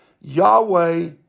Yahweh